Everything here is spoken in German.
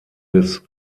des